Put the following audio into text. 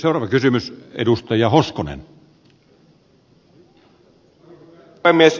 arvoisa herra puhemies